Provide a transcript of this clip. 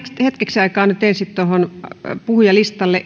hetkeksi aikaa puhujalistalle